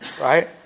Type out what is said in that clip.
Right